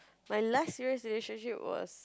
my last year's relationship was